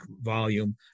volume